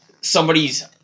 Somebody's